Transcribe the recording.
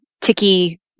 ticky